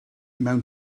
mewn